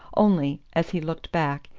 only, as he looked back,